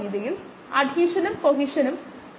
decimal point 1